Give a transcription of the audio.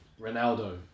Ronaldo